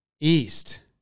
East